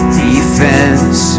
defense